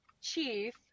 chief